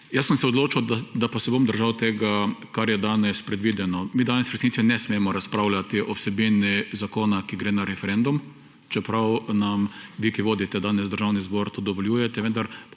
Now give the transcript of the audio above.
sem se, da pa se bom držal tega, kar je danes predvideno. Mi danes v resnici ne smemo razpravljati o vsebini zakona, ki gre na referendum, čeprav nam vi, ki vodite danes Državni zbor, to dovoljujete,